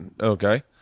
okay